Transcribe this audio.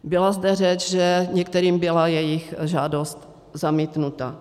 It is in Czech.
Byla zde řeč, že některým byla jejich žádost zamítnuta.